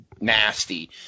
nasty